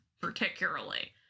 particularly